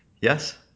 Yes